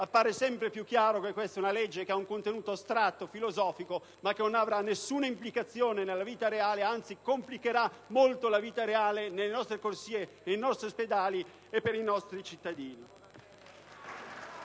appare sempre più chiaro che questa legge ha un contenuto astratto e filosofico, ma che non avrà nessuna implicazione nella vita reale, anzi complicherà molto la vita nelle nostre corsie, nei nostri ospedali e per i nostri cittadini.